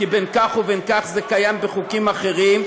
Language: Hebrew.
כי בין כך ובין כך זה קיים בחוקים אחרים,